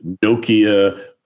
Nokia